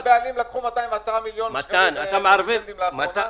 אם הבעלים לקחו 210 מיליון שקלים דיבידנדים לאחרונה,